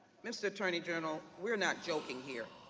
mr. attorney general we are not joking here,